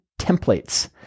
templates